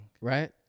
Right